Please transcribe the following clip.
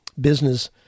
business